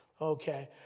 Okay